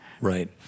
Right